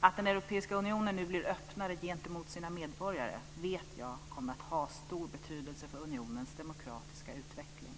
Att Europeiska unionen nu blir öppnare gentemot sina medborgare vet jag kommer att ha stor betydelse för unionens demokratiska utveckling.